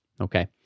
Okay